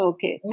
Okay